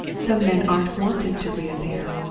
some men aren't wanted to reappear.